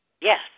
Yes